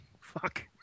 Fuck